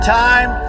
time